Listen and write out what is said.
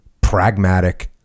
pragmatic